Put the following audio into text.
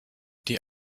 die